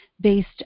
based